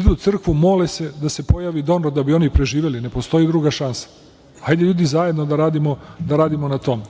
idu u crkvu, mole se da se pojavi donor da bi oni preživeli, ne postoji druga šansa. Hajde, ljudi zajedno da radimo na tome.